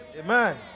Amen